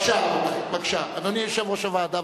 בבקשה, אדוני יושב-ראש הוועדה.